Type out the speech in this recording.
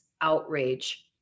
outrage